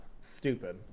Stupid